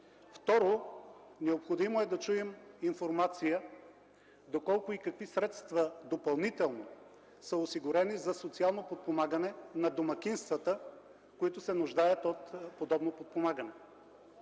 Второ, необходимо е да чуем информация доколко и какви средства допълнително са осигурени за социално подпомагане на домакинствата, които се нуждаят от подобно подпомагане.